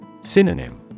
Synonym